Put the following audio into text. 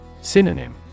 Synonym